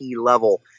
level